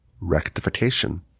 rectification